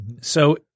So-